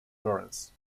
laurence